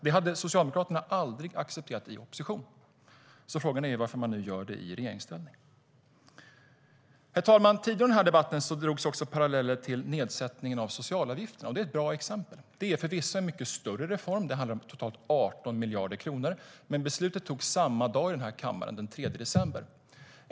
Det hade Socialdemokraterna aldrig accepterat i opposition. Frågan är varför man nu gör det i regeringsställning. Herr talman! Tidigare i debatten drogs det paralleller till nedsättningen av socialavgifterna. Det är ett bra exempel. Det är förvisso en mycket större reform. Det handlar om totalt 18 miljarder kronor. Men besluten togs samma dag i den här kammaren, den 3 december.